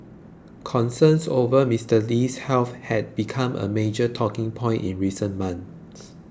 concerns over Mister Lee's health had become a major talking point in recent months